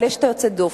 אבל יש יוצאי דופן.